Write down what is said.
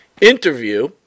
interview